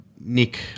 Nick